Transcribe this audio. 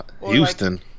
houston